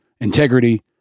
integrity